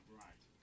right